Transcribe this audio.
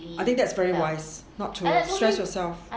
I think that's very wise not to stress yourself